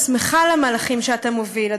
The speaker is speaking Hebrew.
אני שמחה על המהלכים שאתה מוביל,